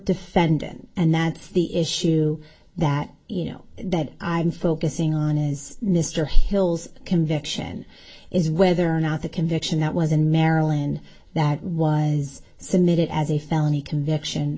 defendant and that the issue that you know that i'm focusing on is mr hill's convection is whether or not the conviction that was in maryland that was submitted as a felony conviction